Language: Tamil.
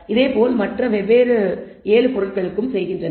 இதேபோல் மற்ற 7 வெவ்வேறு பொருட்களுக்கும் செய்கின்றனர்